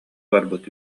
барбыт